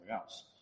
else